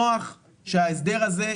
נוח שההסדר הזה,